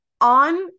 on